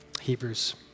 Hebrews